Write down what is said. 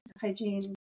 Hygiene